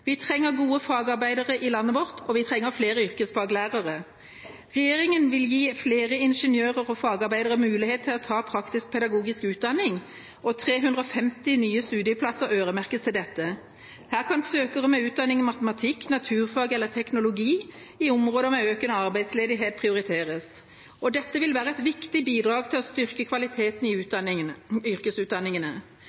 Vi trenger gode fagarbeidere i landet vårt, og vi trenger flere yrkesfaglærere. Regjeringa vil gi flere ingeniører og fagarbeidere muligheten til å ta praktisk-pedagogisk utdanning. 350 nye studieplasser øremerkes til dette. Her kan søkere med utdanning i matematikk, naturfag eller teknologi i områder med økende arbeidsledighet prioriteres. Dette vil være et viktig bidrag til å styrke kvaliteten i yrkesutdanningene.